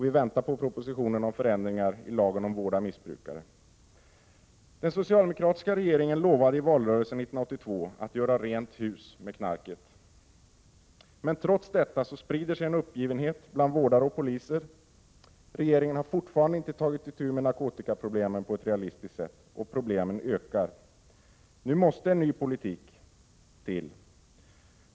Vi väntar på propositionen om förändringar i lagen om vård av missbrukare. Den socialdemokratiska regeringen lovade i valrörelsen 1982 att göra rent hus med knarket. Men trots detta sprider sig en uppgivenhet bland vårdare och poliser. Regeringen har fortfarande inte tagit itu med narkotikaproblemen på ett realistiskt sätt. Och problemen ökar. Nu måste en ny politik till.